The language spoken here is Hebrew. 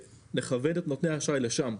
ונכוון את נותני האשראי לשם,